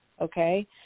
Okay